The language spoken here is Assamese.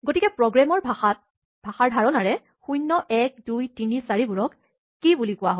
গতিকে প্ৰগ্ৰেমৰ ভাষাৰ ধাৰণাৰে ০১২৩৪ বোৰক কী চাবি বুলি কোৱা হয়